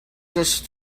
just